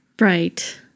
Right